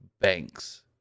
Banks